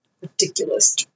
ridiculous